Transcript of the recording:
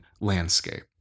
landscape